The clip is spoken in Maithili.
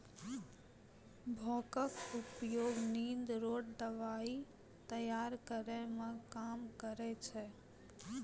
भांगक उपयोग निंद रो दबाइ तैयार करै मे काम करै छै